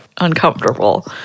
uncomfortable